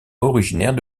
originaire